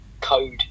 code